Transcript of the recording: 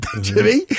Jimmy